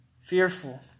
fearful